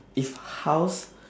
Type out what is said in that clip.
if house